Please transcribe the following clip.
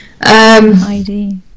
ID